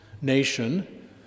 nation